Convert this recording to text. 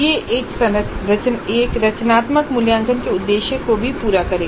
यह एक रचनात्मक मूल्यांकन के उद्देश्य को भी पूरा करेगा